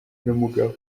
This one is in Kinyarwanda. n’umugabo